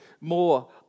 more